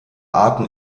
arten